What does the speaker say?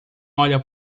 olha